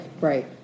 Right